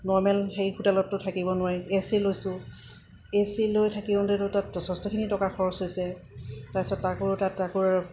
normal সেই হোটেলততো থাকিব নোৱাৰিম এ চি লৈছোঁ এ চি লৈ থাকোঁতেতো তাত যথেষ্টখিনি টকা খৰচ হৈছে তাৰপিছত আকৌ তাত আকৌ